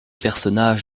personnages